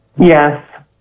yes